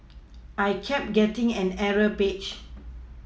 I kept getting an error page